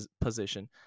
position